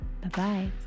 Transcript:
bye-bye